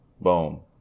Boom